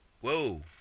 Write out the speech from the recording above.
whoa